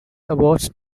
awards